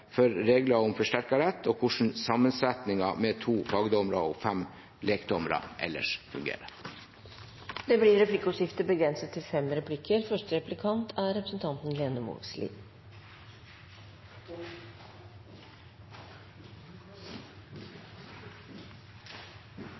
for regler om forsterket rett og hvordan sammensetningen med to fagdommere og fem lekdommere ellers fungerer. Det blir replikkordskifte.